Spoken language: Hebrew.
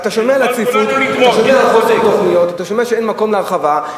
אתה שומע שאין מקום להרחבה.